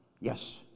yes